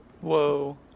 Whoa